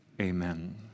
Amen